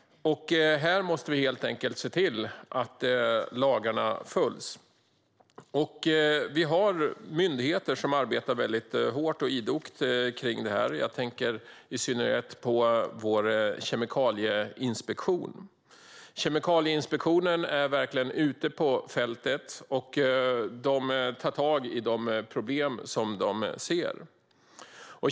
Här måste vi se till att lagarna följs. Vi har myndigheter som jobbar hårt och idogt med detta. Jag tänker i synnerhet på vår kemikalieinspektion. Kemikalieinspektionen är verkligen ute på fältet och tar tag i de problem man ser.